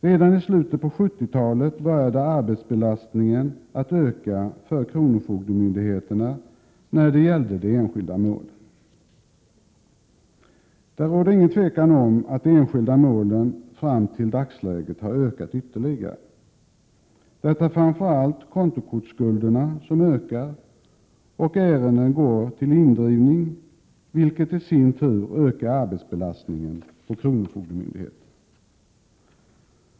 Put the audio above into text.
Redan islutet på 70-talet började arbetsbelastningen att öka för kronofogdemyndigheterna när det gällde de enskilda målen. Det råder inget tvivel om att de enskilda målen fram till dagsläget har ökat ytterligare. Det är framför allt kontokortsskulderna som ökar, och ärendena går till indrivning, vilket i sin tur ökar arbetsbelastningen på kronofogdemyndigheterna.